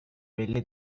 belli